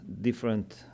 different